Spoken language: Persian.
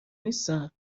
نیستن